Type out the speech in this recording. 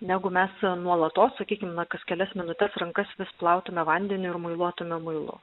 negu mes nuolatos sakykim na kas kelias minutes rankas vis plautume vandeniu ir muiluotume muilu